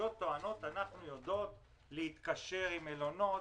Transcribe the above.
הרשויות טוענות: אנחנו יודעות להתקשר עם מלונות,